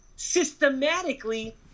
systematically